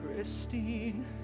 Christine